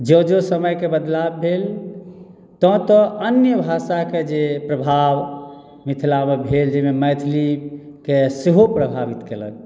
जँ जँ समयके बदलाव भेल तँ तँ अन्य भाषाके जे प्रभाव मिथिलामे भेल जाहिमे मैथिलीकेँ सेहो प्रभावित केलक